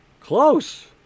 close